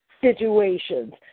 situations